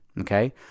Okay